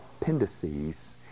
appendices